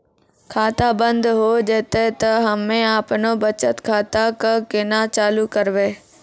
खाता बंद हो जैतै तऽ हम्मे आपनौ बचत खाता कऽ केना चालू करवै?